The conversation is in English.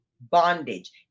bondage